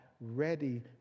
ready